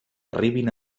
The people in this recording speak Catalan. arribin